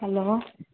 hello